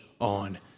on